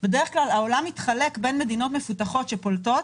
בדרך כלל העולם מתחלק בין מדינות מפותחות שפולטות